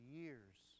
years